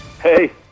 Hey